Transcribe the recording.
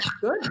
good